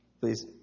Please